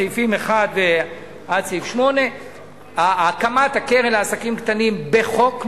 סעיפים 1 8. הקמת הקרן לעסקים קטנים בחוק,